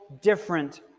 different